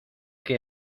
que